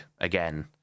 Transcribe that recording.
again